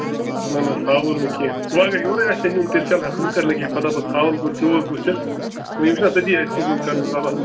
نہ نہ ژھاوُل نہٕ کیٚنہہ وٕ اَگر یورٕے آسہِ ہے نیُن تیٚلہِ چلہ ہہ تٔمِس کَتہِ لَگہِ ہے پتا پتہٕ ژھاوُل کُس تیوٗر کُس چھِ وٕ یِم چھنہٕ تٔتی اَسہِ یِمَن کَرٕنۍ زبح